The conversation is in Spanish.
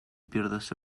pierdas